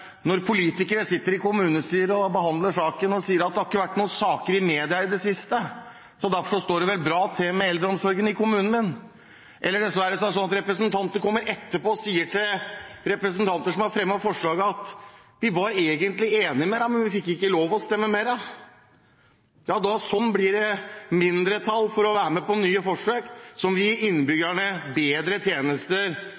Når politikere sitter i kommunestyret og behandler saken og sier det ikke har vært noen saker i media i det siste, så derfor står det vel bra til med eldreomsorgen i kommunen vår, eller så er det dessverre sånn at representanter kommer etterpå og sier til representanter som har fremmet forslag, at vi var egentlig enig med deg, men vi fikk ikke lov til å stemme med deg – sånn blir det mindretall for å bli med på nye forsøk som vil gi innbyggerne bedre tjenester